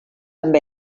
amb